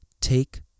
Take